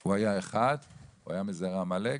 הוא היה אחד, הוא היה מזרע עמלק,